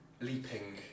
leaping